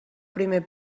primer